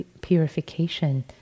purification